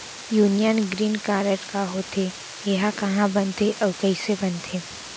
Union green card का होथे, एहा कहाँ बनथे अऊ कइसे बनथे?